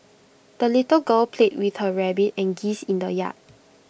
the little girl played with her rabbit and geese in the yard